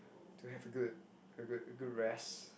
to have a good a good a good rest